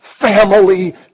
family